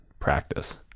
practice